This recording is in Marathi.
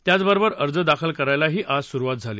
त्याचबरोबर अर्ज दाखल करायलाही आज सुरुवात झाली